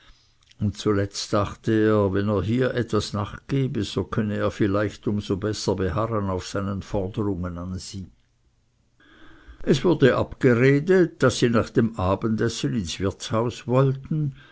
und zuletzt dachte er wenn er hier etwas nachgebe so könne er vielleicht um so besser beharren auf seinen forderungen an sie es wurde abgeredet daß sie nach dem abendessen ins wirtshaus wollten